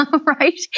right